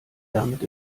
damit